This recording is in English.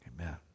Amen